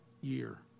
year